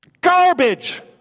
garbage